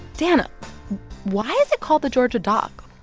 dan, ah why is it called the georgia dock?